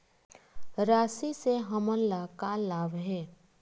राशि से हमन ला का लाभ हे?